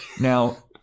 Now